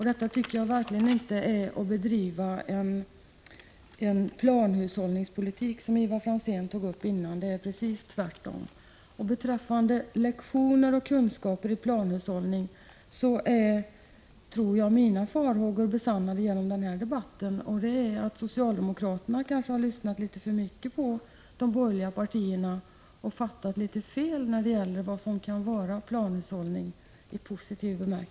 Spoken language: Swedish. Detta är verkligen inte att bedriva planhushållningspolitik, som Ivar Franzén nyss talade om. Det är precis tvärtom! Beträffande lektioner och kunskaper i planhushållning har mina farhågor besannats genom den här debatten. Socialdemokraterna har kanske lyssnat litet för mycket på de borgerliga partierna och fått en felaktig föreställning om vad en positiv planhushållning kan innebära.